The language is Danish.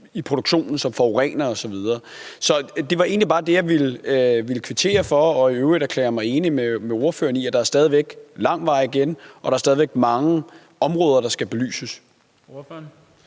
i produktionen, som forurener osv. Så det var egentlig bare det, jeg ville kvittere for, og i øvrigt erklærer jeg mig enig med ordføreren i, at der stadig væk er lang vej igen, og at der stadig væk er mange områder, der skal belyses. Kl.